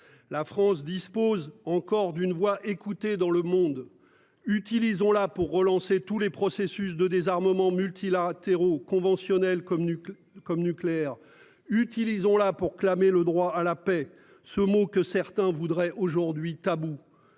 La France dispose encore d'une voix écoutée dans le monde. Utilisons-là pour relancer tous les processus de désarmement multilatéraux conventionnel comme nuque comme nucléaire utilisons-là pour clamer le droit à la paix ce mot que certains voudraient aujourd'hui tabou.